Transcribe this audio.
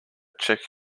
check